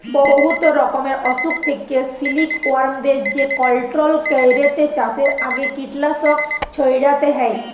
বহুত রকমের অসুখ থ্যাকে সিলিকওয়ার্মদের যেট কলট্রল ক্যইরতে চাষের আগে কীটলাসক ছইড়াতে হ্যয়